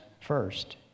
first